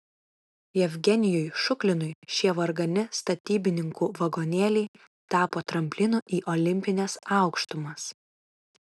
jevgenijui šuklinui šie vargani statybininkų vagonėliai tapo tramplinu į olimpines aukštumas